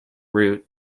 root